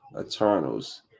Eternals